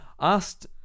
Asked